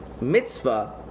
mitzvah